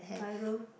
five room